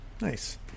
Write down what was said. Nice